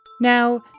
Now